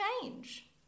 change